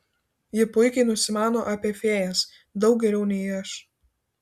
ji puikiai nusimano apie fėjas daug geriau nei aš